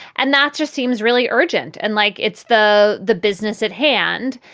and that's just seems really urgent and like it's the the business at hand.